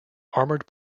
armoured